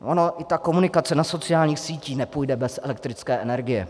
Ona i ta komunikace na sociálních sítích nepůjde bez elektrické energie.